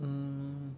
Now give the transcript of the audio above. mm